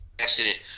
accident